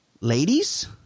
ladies